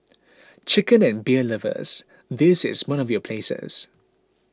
chicken and beer lovers this is one of your places